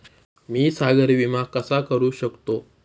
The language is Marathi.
मी सागरी विमा कसा करू शकतो?